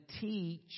teach